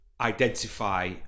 identify